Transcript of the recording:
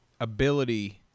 ability